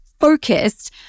focused